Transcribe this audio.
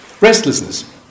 Restlessness